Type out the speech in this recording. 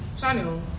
channel